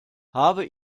habe